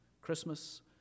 Christmas